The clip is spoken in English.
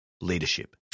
leadership